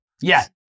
Yes